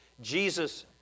Jesus